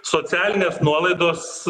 socialinės nuolaidos